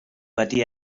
wedi